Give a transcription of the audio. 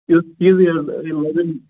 یُس یہِ